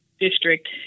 district